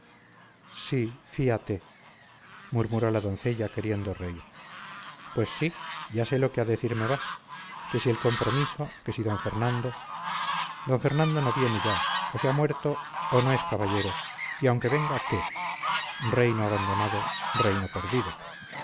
sí fíate murmuró la doncella queriendo reír pues sí ya sé lo que a decirme vas que si el compromiso que si d fernando don fernando no viene ya o se ha muerto o no es caballero y aunque venga qué reino abandonado reino perdido